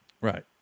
Right